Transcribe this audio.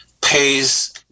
pays